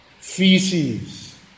feces